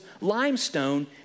limestone